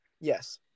Yes